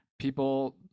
people